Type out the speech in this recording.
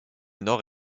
nord